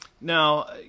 Now